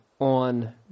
on